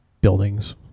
buildings